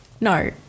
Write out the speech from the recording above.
No